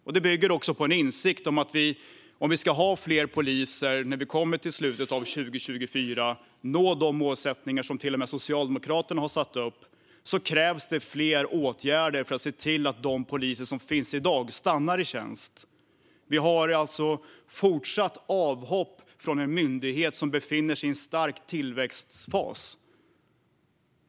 Det bygger på en insikt: Om vi ska ha fler poliser när vi kommer till slutet av 2024 och nå de målsättningar som till och med Socialdemokraterna har satt upp krävs det fler åtgärder för att se till att de poliser som finns i dag stannar i tjänst. Vi har fortsatta avhopp från en myndighet som befinner sig i en stark tillväxtfas.